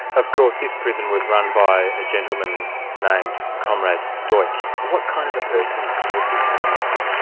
of course this prison was run by a gentleman named comrade duch. like what kind of a person was this comrade duch?